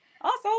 Awesome